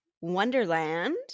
Wonderland